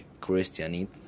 Christianity